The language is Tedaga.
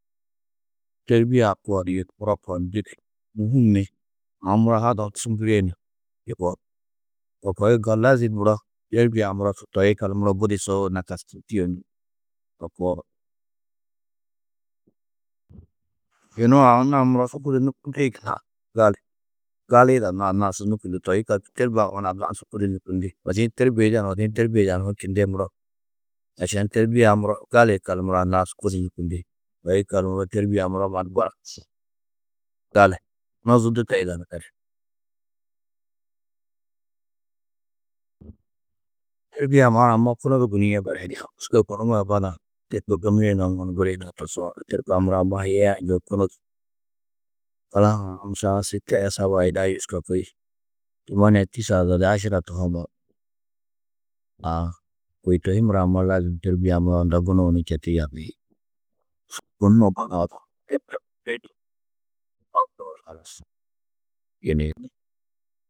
Têrbie-ã koo nii muro koo nii didi yugó. Mûhim ni aũ muro su ŋgirîe ni yugó. To koo yikallu lazim muro têrbie-ã muro toi yikallu muro budi su nakaštirî tîyo ni to koo. Yunu anna-ã budi su nûkundiĩ gunna gali, gali yidanoó, anna-ã su nûkundú. Toi yikallu têrbie-ã mannu anna-ã su budi nûkundi. Odi-ĩ têrbie yida ni odi-ĩ têrbie yidanú čindîe muro, ašan têrbie-ã muro gali yikallu muro anna-ã budi su nûkundi. Toi yikallu têrbie-ã muro mannu gali, nozundu de yidanú niri. têrbie-ã ma amma kunu du guniĩ barayini. Sûgoi bunumodi badã têrbie gunîe mannu budi yunu-ã tosuã na. Têrbie-ã muro amma yeî a du njûwo kunu du. aã min šahar site sabaa îla jûska kôi tumania, tîsaa zodi, baddu ašura tohoo muro aã kôi to hi muro lazim têrbie-ã muro unda gunuũ ni četu yerriĩ.